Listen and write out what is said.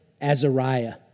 Azariah